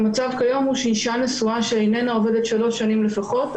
המצב כיום הוא שאישה נשואה שאינה עובדת שלוש שנים לפחות,